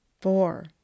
four